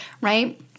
right